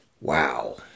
wow